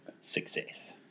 success